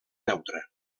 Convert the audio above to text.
neutra